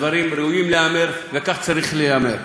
הדברים ראויים להיאמר, וכך צריך להיאמר.